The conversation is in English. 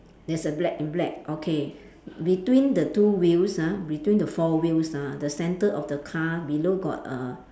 there's a black in black okay between the two wheels ah between the four wheels ah the centre of the car below got a